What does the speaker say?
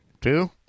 Two